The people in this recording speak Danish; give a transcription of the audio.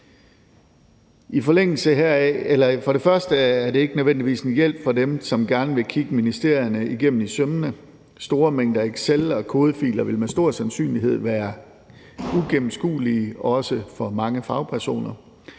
For det første er det ikke nødvendigvis en hjælp for dem, som gerne vil kigge ministerierne efter i sømmene. Store mængder excelark og kodefiler vil med stor sandsynlighed være uigennemskuelige, også for mange fagpersoner,